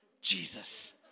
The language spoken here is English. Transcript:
Jesus